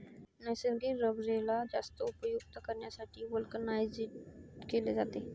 नैसर्गिक रबरेला जास्त उपयुक्त करण्यासाठी व्हल्कनाइज्ड केले जाते